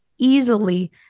easily